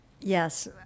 Yes